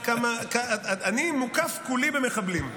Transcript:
אני מוקף כולי במחבלים.